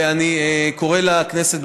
ואני קורא לכנסת,